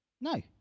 No